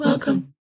Welcome